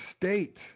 state